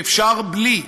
שאפשר בלי,